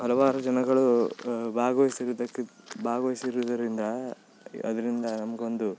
ಹಲವಾರು ಜನಗಳು ಭಾಗವಹಿಸುವುದಕ್ಕೆ ಭಾಗವಹ್ಸಿರುದರಿಂದ ಅದರಿಂದ ನಮಗೊಂದು